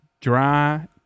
Dry